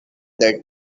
that